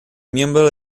miembro